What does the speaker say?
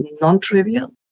non-trivial